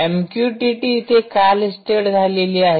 MQTT इथे का listed झाली आहे